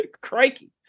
Crikey